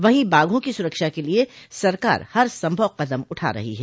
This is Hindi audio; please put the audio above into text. वहीं बाघों की सुरक्षा के लिए सरकार हरसंभव कदम उठा रही है